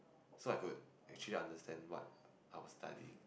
so I could actually understand what I was studying